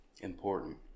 important